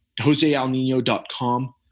josealnino.com